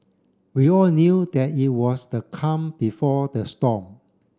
we all knew that it was the calm before the storm